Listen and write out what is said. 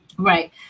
Right